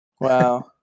Wow